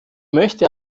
möchte